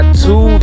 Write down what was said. Two